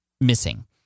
missing